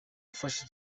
ufasha